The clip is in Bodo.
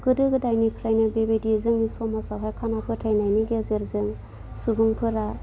गोदो गोदायनिफ्रायनो बेबायदि जोंनि समाजावहाय खाना फोथायनायनि गेजेरजों सुबुंफोरा